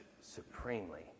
supremely